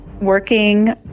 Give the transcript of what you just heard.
working